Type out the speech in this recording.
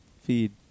feed